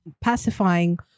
pacifying